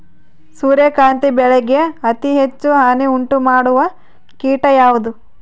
ಸೂರ್ಯಕಾಂತಿ ಬೆಳೆಗೆ ಅತೇ ಹೆಚ್ಚು ಹಾನಿ ಉಂಟು ಮಾಡುವ ಕೇಟ ಯಾವುದು?